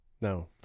No